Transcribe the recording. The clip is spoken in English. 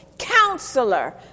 Counselor